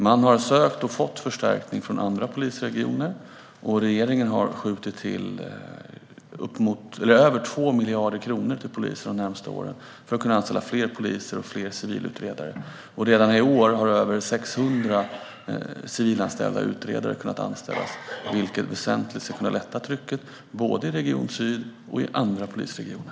Man har sökt och fått förstärkning från andra polisregioner, och regeringen har skjutit till över 2 miljarder kronor till polisen de närmaste åren för att det ska kunna anställas fler poliser och fler civila utredare. Redan i år har över 600 civilanställda utredare kunnat anställas, vilket ska kunna lätta trycket väsentligt både i Region Syd och i andra polisregioner.